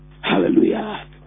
Hallelujah